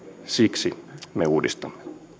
siksi me uudistamme